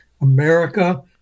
America